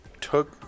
took